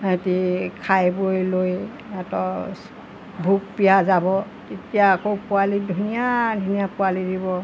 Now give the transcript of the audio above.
সিহঁতে খাই বৈ লৈ সিহঁতৰ ভোক পিয়াহ যাব তেতিয়া আকৌ পোৱালিত ধুনীয়া ধুনীয়া পোৱালি দিব